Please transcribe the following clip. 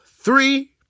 three